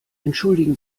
entschuldigen